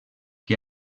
que